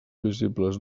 visibles